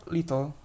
Little